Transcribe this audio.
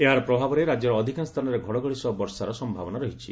ଏହାର ପ୍ରଭାବରେ ରାକ୍ୟର ଅଧିକାଂଶ ସ୍ଥାନରେ ଘଡ଼ଘଡ଼ି ସହ ବର୍ଷାର ସମ୍ଭାବନା ରହିଛି